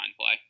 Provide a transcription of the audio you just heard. play